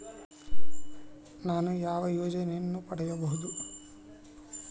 ನಾನು ಯಾವ ಯೋಜನೆಯನ್ನು ಪಡೆಯಬಹುದು?